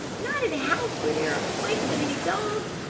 not at a house where there are quite so many dogs!